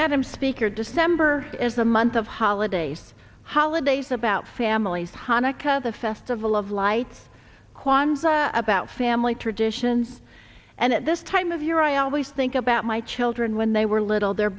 adam speaker december as the month of holidays holidays about families chanukah the festival of lights kwanzaa about family traditions and at this time of year i always think about my children when they were little the